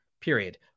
period